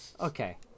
Okay